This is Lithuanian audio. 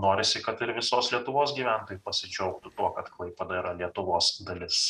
norisi kad ir visos lietuvos gyventojai pasidžiaugtų tuo kad klaipėda yra lietuvos dalis